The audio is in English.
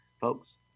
folks